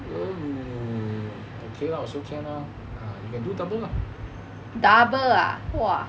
mm okay lah also can ah you can do double lah